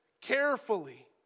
carefully